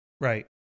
Right